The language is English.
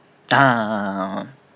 a'ah